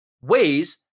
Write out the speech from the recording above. ways